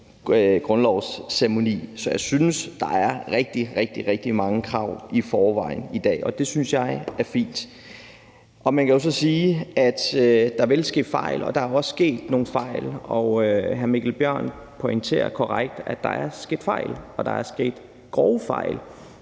grundlovsceremoni. Så jeg synes, at der er rigtig, rigtig mange krav i forvejen i dag, og det synes jeg er fint. Man kan jo så sige, at der vil ske fejl – og der er også sket nogle fejl – og hr. Mikkel Bjørn pointerer korrekt, at der er sket fejl, og at der er sket grove fejl,